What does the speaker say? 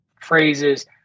phrases